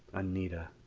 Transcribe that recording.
anita